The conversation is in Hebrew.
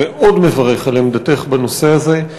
אני מאוד מברך על עמדתך בנושא הזה.